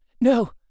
No